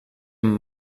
amb